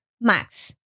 Max